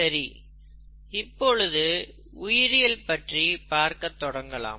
சரி இப்பொழுது உயிரியல் பற்றி பார்க்க தொடங்கலாம்